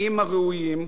אל תתערבו.